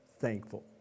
thankful